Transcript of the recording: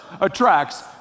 attracts